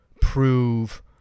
prove